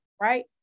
right